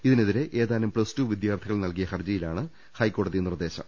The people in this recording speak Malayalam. ഇതിനെതിരെ ഏതാനും പ്ലസ്ടു വിദ്യാർത്ഥികൾ നൽകിയ ഹർജിയിലാണ് ഹൈക്കോടതിയുടെ നിർദ്ദേശം